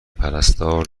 پرستار